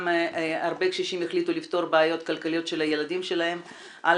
הרבה קשישים החליטו לפתור בעיות כלכליות של הילדים שלהם על